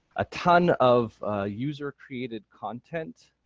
a ton of user created content.